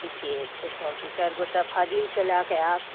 ठीके छै तब दू चारि गोटा फाजिलके लै कऽ आएब